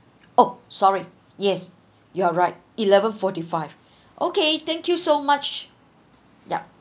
oh sorry yes you are right eleven forty five okay thank you so much yup